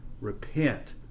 Repent